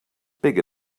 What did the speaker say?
bigger